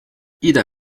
ida